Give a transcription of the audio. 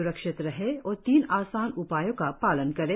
स्रक्षित रहें और तीन आसान उपायों का पालन करें